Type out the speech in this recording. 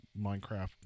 Minecraft